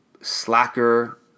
slacker